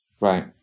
Right